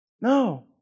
No